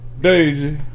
Daisy